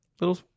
little